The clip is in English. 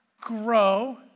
grow